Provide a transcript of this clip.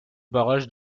barrage